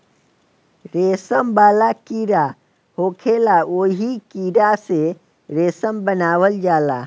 रेशम वाला कीड़ा होखेला ओही कीड़ा से रेशम बनावल जाला